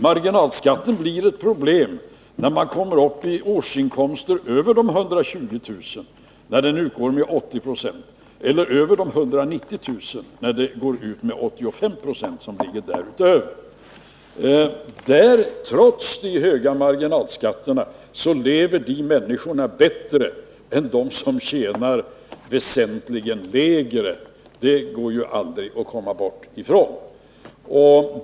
Marginalskatten blir ett problem när man kommer upp i årsinkomster över 120 000 kr., då den utgår med 80 96, eller över 190 000 kr., då den utgår med 85 Ze. Trots de höga marginalskatterna lever de människorna bättre än de som tjänar väsentligt lägre — det går aldrig att komma ifrån.